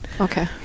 Okay